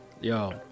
Yo